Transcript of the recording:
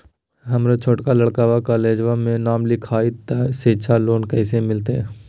हमर छोटका लड़कवा कोलेजवा मे नाम लिखाई, तो सिच्छा लोन कैसे मिलते?